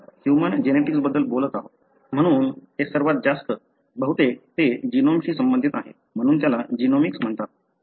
आपण ह्यूमन जेनेटिक्सबद्दल बोलत आहोत म्हणून तर ते सर्वात जास्त बहुतेक ते जीनोमशी संबंधित आहे म्हणून त्याला जीनोमिक्स म्हणतात